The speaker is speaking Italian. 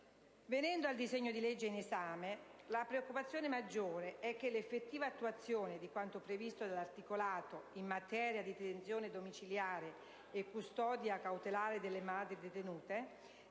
Venendo al disegno di legge in esame, la preoccupazione maggiore è che l'effettiva attuazione di quanto previsto dall'articolato in materia di detenzione domiciliare e custodia cautelare delle detenute